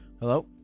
Hello